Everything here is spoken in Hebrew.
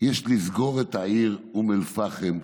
יש לסגור את העיר אום אל-פחם,